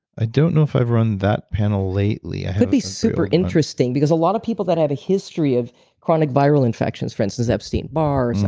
i don't know if i've run that panel lately. could be super interesting because a lot of people that have a history of chronic viral infections for instance, epstein bar,